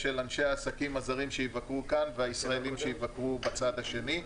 של אנשים העסקים הזרים שיבקרו כאן והישראלים שיבקרו בצד השני.